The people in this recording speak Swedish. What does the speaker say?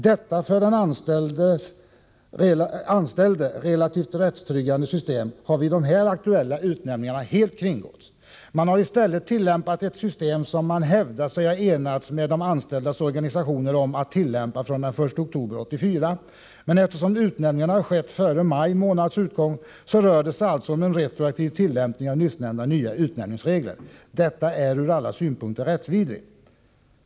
Detta för den anställde relativt rättstryggande system har vid de aktuella utnämningarna helt kringgåtts. Man hari stället tillämpat ett system som man hävdar att man har enats med de anställdas organisationer om att tillämpa från den 1 oktober 1984. Men eftersom utnämningarna har skett före maj månads utgång rör det sig alltså om en retroaktiv tillämpning av nyssnämnda nya utnämningsregler. Detta är ur alla synpunkter rättsvidrigt.